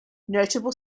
notable